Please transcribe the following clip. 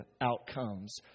outcomes